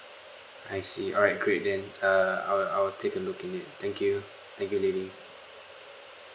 I see alright great then uh I'll I'll take a look in it thank you thank you lily